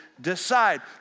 decide